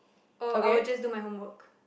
or I will just do my homework